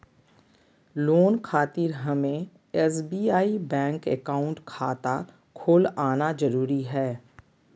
Loan खातिर हमें SBI bank account खाता खोल आना जरूरी है?